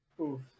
Oof